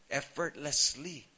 effortlessly